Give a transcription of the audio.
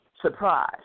Surprise